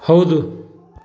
ಹೌದು